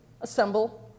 assemble